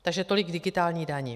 Takže tolik k digitální dani.